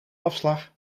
afslag